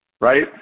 right